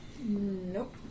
Nope